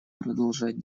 продолжать